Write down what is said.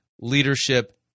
leadership